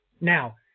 Now